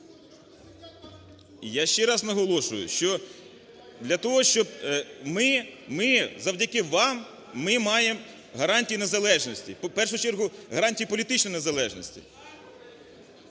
Я ще раз наголошую, що для того, щоб ми, завдяки вам, ми маємо гарантії незалежності, в першу чергу, гарантії політичної незалежності.